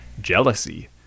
Jealousy